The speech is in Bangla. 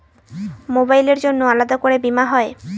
মোবাইলের জন্য আলাদা করে বীমা হয়?